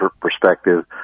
perspective